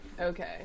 Okay